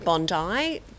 Bondi